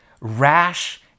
rash